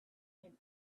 him